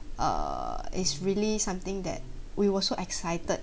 err it's really something that we were so excited